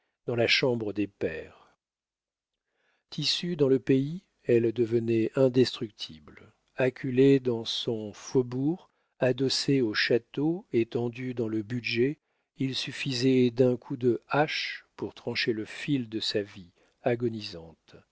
dans la chambre des pairs tissue dans le pays elle devenait indestructible acculée dans son faubourg adossée au château étendue dans le budget il suffisait d'un coup de hache pour trancher le fil de sa vie agonisante